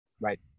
Right